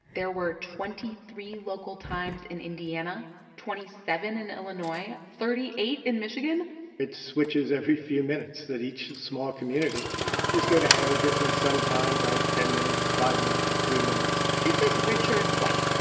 there were twenty three local times in indiana, twenty seven in illinois, thirty eight in michigan it switches every few minutes that each small community is going to have a different sun time by ten minutes, five minutes, three minutes this is richard white.